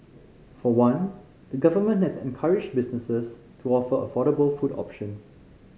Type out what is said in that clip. for one the government has encouraged businesses to offer affordable food options